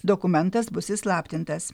dokumentas bus įslaptintas